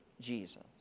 Jesus